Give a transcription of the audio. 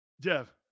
Jeff